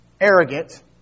arrogant